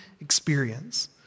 experience